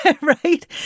Right